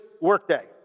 workday